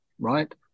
right